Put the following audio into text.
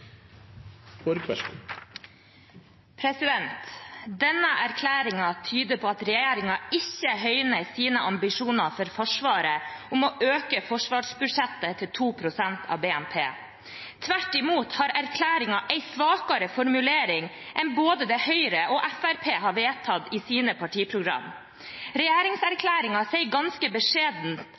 mål. Denne erklæringen tyder på at regjeringen ikke høyner sine ambisjoner for Forsvaret om å øke forsvarsbudsjettet til 2 pst. av BNP. Tvert imot har erklæringen en svakere formulering enn det både Høyre og Fremskrittspartiet har vedtatt i sine partiprogram. Regjeringserklæringen sier ganske